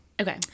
Okay